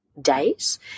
days